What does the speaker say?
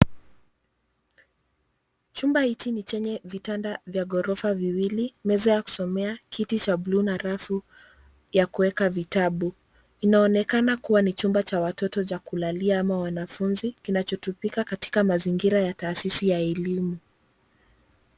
Chumba hichi ni chenye vitanda vya gorofa viwili meza ya kusomea, kiti cha bluu na na rafu ya kuweka vitabu. Inaonekana kua ni chumba cha watoto cha kulalia ama wanafunzi kinachotumika katika mazingira ya taasisi ya elimu.